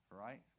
right